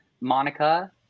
Monica